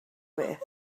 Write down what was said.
beth